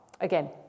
Again